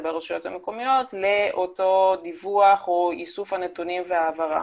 ברשויות המקומיות לאותו דיווח ואיסוף הנתונים וההעברה.